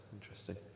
Interesting